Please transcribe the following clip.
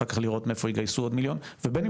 אחר כך לראות מאיפה יגייסו עוד מיליון ובין אם